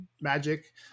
magic